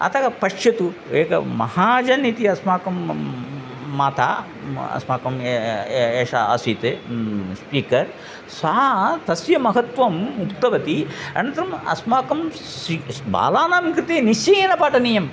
अतः पश्यतु एका महाजन् इति अस्माकं माता अस्माकं ए ए एषा आसीत् स्पीकर् सा तस्य महत्वम् उक्तवती अनन्तरम् अस्माकं सि बालानां कृते निश्चयेन पाठनीयम्